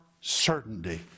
certainty